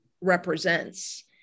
represents